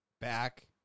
back